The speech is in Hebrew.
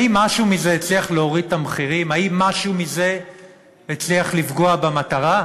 האם משהו מזה הצליח להוריד את המחירים,